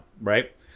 right